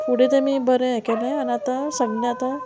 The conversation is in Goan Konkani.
फुडें तेमी बरें हें केलें आनी आतां सगलें आतां